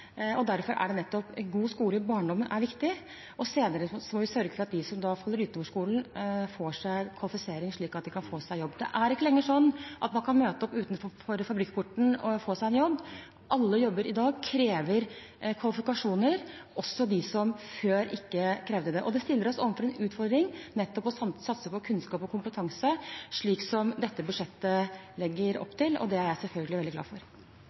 livet. Derfor er det nettopp at en god skole i barndommen er viktig. Senere må man sørge for at de som faller utenfor skolen, blir kvalifisert, slik at de kan få seg en jobb. Det er ikke lenger sånn at man kan møte opp utenfor fabrikkporten og få seg en jobb. Alle jobber i dag krever kvalifikasjoner, også de som ikke krevde det før. Det stiller oss overfor en utfordring, nettopp å satse på kunnskap og kompetanse, slik dette budsjettet legger opp til. Det er jeg selvfølgelig veldig glad for.